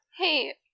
Hey